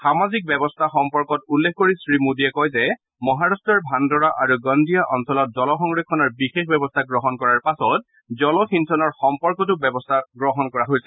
সামাজিক ব্যৱস্থা সম্পৰ্কত উল্লেখ কৰি শ্ৰীমোদীয়ে কয় যে মহাৰট্টৰ ভাণ্ডাৰা আৰু গণ্ডিয়া অঞ্চলত জলসংৰক্ষণৰ বিশেষ ব্যৱস্থা গ্ৰহণ কৰাৰ পাছত জলসিঞ্চনৰ সম্পৰ্কটো ব্যৱস্থা গ্ৰহণ কৰা হৈছে